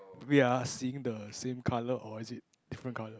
we're seeing the same colour or is it different colour